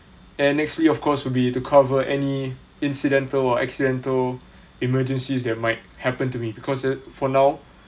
and nextly of course would be to cover any incidental or accidental emergencies that might happen to me because it for now